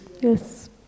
Yes